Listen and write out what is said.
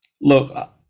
look